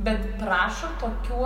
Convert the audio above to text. bet prašo tokių